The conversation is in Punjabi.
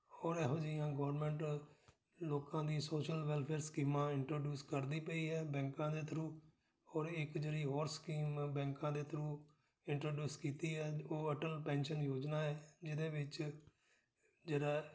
ਔਰ ਇਹੋ ਜਿਹੀਆਂ ਗੌਰਮੈਂਟ ਲੋਕਾਂ ਦੀ ਸੋਸ਼ਲ ਵੈਲਫੇਅਰ ਸਕੀਮਾਂ ਇੰਟਰੋਡਿਊਸ ਕਰਦੀ ਪਈ ਹੈ ਬੈਂਕਾਂ ਦੇ ਥਰੂ ਔਰ ਇੱਕ ਜਿਹੜੀ ਹੋਰ ਸਕੀਮ ਬੈਂਕਾਂ ਦੇ ਥਰੂ ਇੰਟਰੋਡਿਊਸ ਕੀਤੀ ਹੈ ਉਹ ਅਟਲ ਪੈਨਸ਼ਨ ਯੋਜਨਾ ਹੈ ਜਿਹਦੇ ਵਿੱਚ ਜਿਹੜਾ